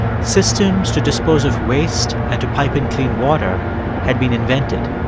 systems to dispose of waste and to pipe and clean water had been invented.